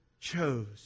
chose